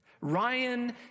Ryan